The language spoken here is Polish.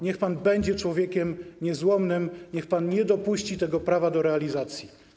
Niech pan będzie człowiekiem niezłomnym, niech pan nie dopuści tego prawa do realizacji.